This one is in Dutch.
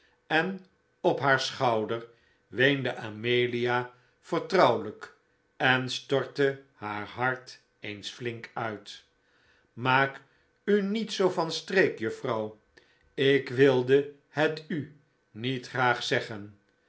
en op haar schouder weende amelia vertrouwelijk en stortte haar hart eens flink uit maak u niet zoo van streek juffrouw ik wilde het u niet graag zeggen